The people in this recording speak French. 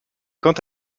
quant